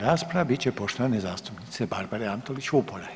rasprava bit će poštovane zastupnice Barbare Antolić Vupora.